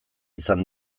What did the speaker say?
izan